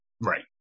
Right